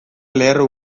lerro